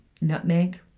nutmeg